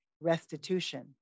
restitution